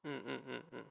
mm mm